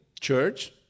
church